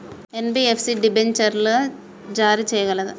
NBFC డిబెంచర్లు జారీ చేయగలదా?